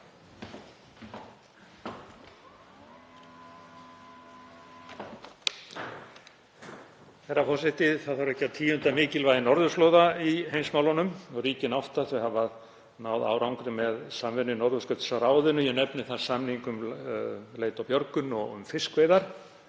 Herra forseti. Það þarf ekki að tíunda mikilvægi norðurslóða í heimsmálunum og ríkin átta hafa náð árangri með samvinnu í Norðurskautsráðinu. Ég nefni þar samning um leit og björgun og um fiskveiðar,